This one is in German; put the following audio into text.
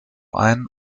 ein